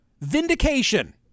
Vindication